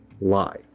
lie